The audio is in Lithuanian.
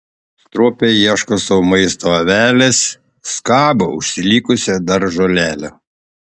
stropiai ieško sau maisto avelės skabo užsilikusią dar žolelę